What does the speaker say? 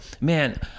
man